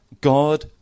God